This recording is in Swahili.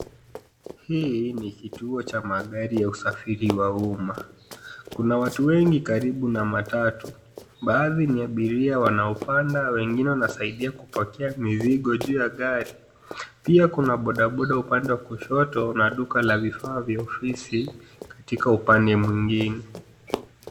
Hii ni kituo cha magari ya usafiri wa umma. Kuna watu wengi karibu na matatu. Baadhi ni abiria wanaopanda, wengine wanasaidia kupakia mizigo juu ya gari. Pia kuna bodaboda upande kushoto na duka la vifaa vya ofisi katika upande mwingine.